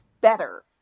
better